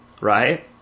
right